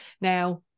Now